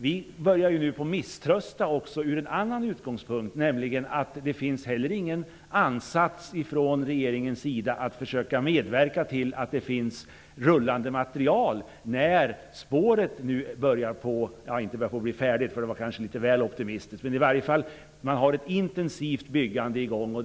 Vi börjar emellertid nu att misströsta också utifrån en annan utgångspunkt. Från regeringens sida visas det nämligen inte någon ansats att försöka medverka till att det skall finnas rullande materiel när ett intensivt byggande nu är i gång -- att säga att spåret börjar bli färdigt är väl kanske litet väl optimistiskt.